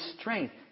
strength